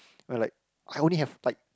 and like I only have like